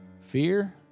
Fear